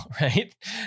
Right